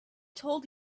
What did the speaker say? told